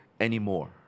anymore